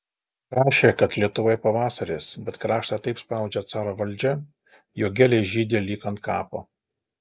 rašė kad lietuvoje pavasaris bet kraštą taip spaudžia caro valdžia jog gėlės žydi lyg ant kapo